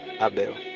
Abel